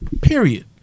Period